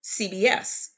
CBS